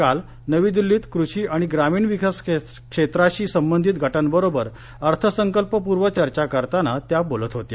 काल नवीदिल्लीत कृषी आणि ग्रामीण विकास क्षेत्राशी संबंधित गटांबरोबर अर्थसंकल्प पूर्व चर्चा करताना त्या बोलत होत्या